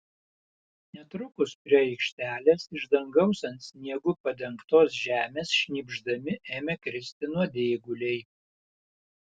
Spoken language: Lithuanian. netrukus prie aikštelės iš dangaus ant sniegu padengtos žemės šnypšdami ėmė kristi nuodėguliai